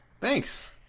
Thanks